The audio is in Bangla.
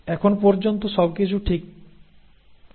এখন পর্যন্ত সবকিছু ঠিক আছে